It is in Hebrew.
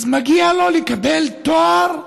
אז מגיע לו לקבל תואר מהמדינה: